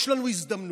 יש לנו הזדמנות,